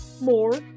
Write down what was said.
more